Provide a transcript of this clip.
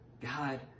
God